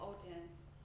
audience